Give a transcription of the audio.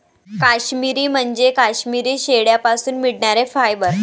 काश्मिरी म्हणजे काश्मिरी शेळ्यांपासून मिळणारे फायबर